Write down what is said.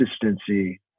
consistency